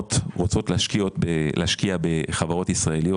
קרנות רוצות להשקיע בחברות ישראליות.